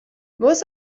most